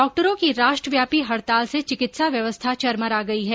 डॉक्टरों की राष्ट्रव्यापी हड़ताल से चिकित्सा व्यवस्था चरमरा गई है